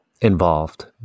involved